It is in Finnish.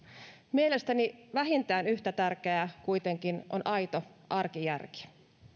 mielestäni vähintään yhtä tärkeää kuitenkin on aito arkijärki